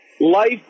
Life